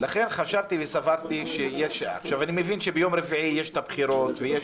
חשבתי שיש להעלות את זה.